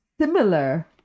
similar